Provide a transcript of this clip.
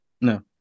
No